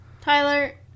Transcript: Tyler